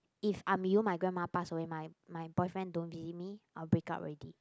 if I'm you my grandma pass away my my boyfriend don't believe me I will break up already